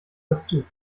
dazu